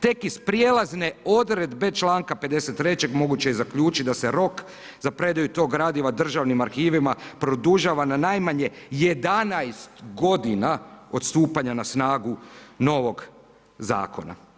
Tek iz prijelazne odredbe članka 53. moguće je zaključit da se rok za predaju tog gradiva državnim arhivima produžava na najmanje 11 godina od stupanja na snagu novog zakona.